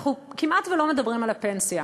אנחנו כמעט לא מדברים על הפנסיה,